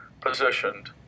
positioned